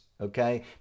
Okay